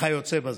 וכיוצא בזה.